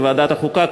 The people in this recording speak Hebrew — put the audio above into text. בוועדת החוקה,